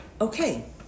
Okay